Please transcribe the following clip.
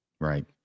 Right